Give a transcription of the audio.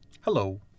Hello